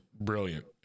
brilliant